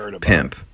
pimp